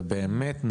זה באמת,